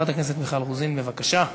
חברת הכנסת מיכל רוזין, בבקשה.